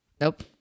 Nope